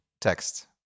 text